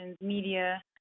media